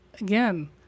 Again